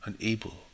unable